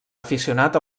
aficionat